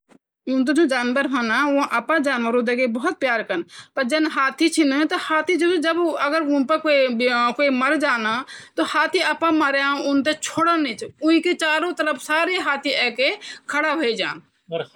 कंगारुओं की सबसे बड़ी जो यो विशेषता ची वो ये की वे मा यो थेलु होन्दु जभी भी वे कुन लगन की कखि बैठीं वे के व बच्चा होंदन व अपह बच्चा रख्दु व वे ते लगी की कखि बैठीं कए दुसमन ऑन लग्यु या कखि बाटी सोर होणु ची वो अपह बच्चा ठेला माँ दालु और वख बैठीं दौड़ जांद अपह बच्चों ते सेफ रखन